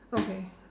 okay